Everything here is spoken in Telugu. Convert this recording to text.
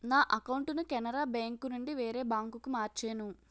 నా అకౌంటును కెనరా బేంకునుండి వేరే బాంకుకు మార్చేను